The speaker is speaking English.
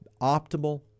optimal